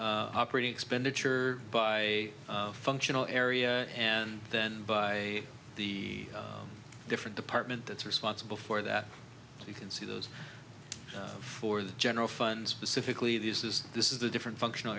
operating expenditure by functional area and then by the different department that's responsible for that you can see those for the general fund specifically this is this is a different functional